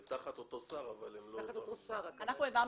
הם תחת אותו שר אבל הם לא --- אנחנו העברנו